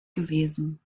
gewesen